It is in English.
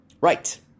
Right